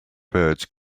birds